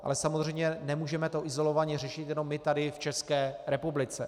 Ale samozřejmě nemůžeme to izolovaně řešit jenom my tady v České republice.